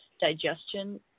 digestion